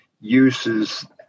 uses